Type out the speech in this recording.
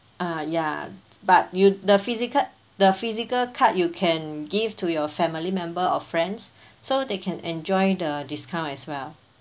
uh ya but you the physical the physical card you can give to your family member of friends so they can enjoy the discount as well